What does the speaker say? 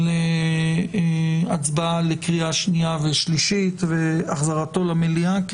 להצבעה לקריאה שנייה ושלישית והחזרתו למליאה,